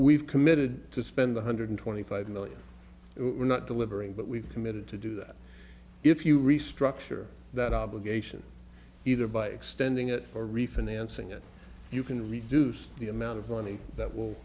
we've committed to spend one hundred twenty five million we're not delivering but we've committed to do that if you restructure that obligation either by extending it or refinancing it you can reduce the amount of money that will